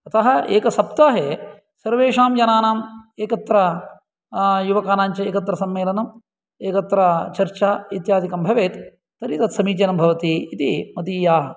अतः एकसप्ताहे सर्वेषां जनानाम् एकत्र युवकानाञ्च एकत्र सम्मेलनम् एकत्र चर्चा इत्यादिकं भवेत् तर्हि तत् समीचीनं भवति इति मदीया